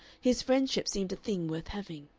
his friendship seemed a thing worth having.